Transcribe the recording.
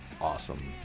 awesome